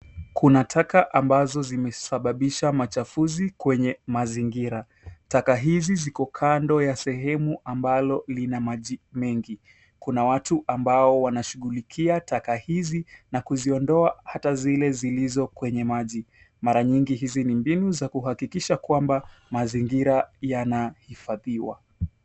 Kuna taka ambazo zimesababisha machafuzi kwenye mazingira. Taka hizi ziko kando ya sehemu ambalo lina maji mengi. Kuna watu ambao wanashughulikia taka hizi na kuziondoa hata zile zilizo kwenye maji. Mara nyingi hizi ni mbinu za kuhakikisha kwamba mazingira yanahifadhiwa.